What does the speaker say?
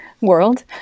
world